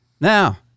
now